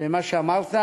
למה שאמרת